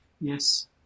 Yes